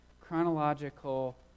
chronological